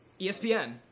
ESPN